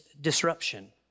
disruption